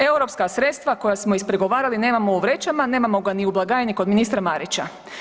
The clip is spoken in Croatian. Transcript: Europska sredstva koja smo ispregovarali nemamo u vrećama, nemamo ga ni u blagajni kod ministra Marića.